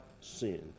sin